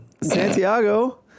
Santiago